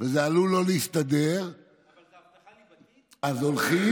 ומתהדר בתואר של רב רפורמי.